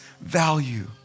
value